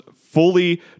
fully